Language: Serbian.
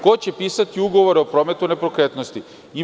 Ko će pisati ugovore o prometu nepokretnosti?